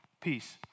peace